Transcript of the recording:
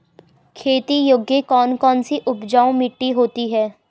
खेती योग्य कौन कौन सी उपजाऊ मिट्टी होती है?